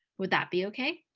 would that be okay?